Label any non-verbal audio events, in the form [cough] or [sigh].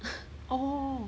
[noise] oh